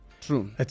True